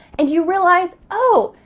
and you realize, oh,